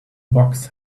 box